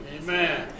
Amen